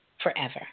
Forever